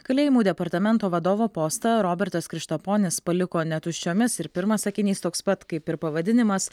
kalėjimų departamento vadovo postą robertas krištaponis paliko ne tuščiomis ir pirmas sakinys toks pat kaip ir pavadinimas